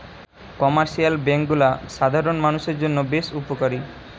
commercial bank গুলা সাধারণ মানুষের জন্য বেশ উপকারী